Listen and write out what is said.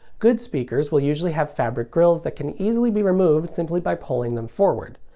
good speakers will usually have fabric grilles that can easily be removed simply by pulling them forward.